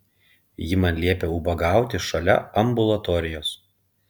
ji man liepė ubagauti šalia ambulatorijos